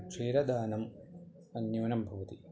क्षीरदानं न्यूनं भवति